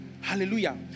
Hallelujah